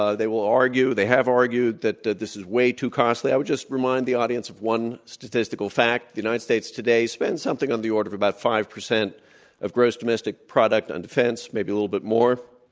ah they will argue they have argued that this is way too costly. i would just remind the audience of one statistical fact. the united states today spends something on the order of about five percent of gross domestic product on defense, maybe a little bit more.